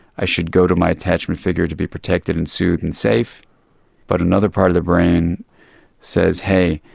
i should go to my attachment figure to be protected and soothed and safe but another part of the brain says, hey,